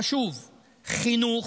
חשוב חינוך,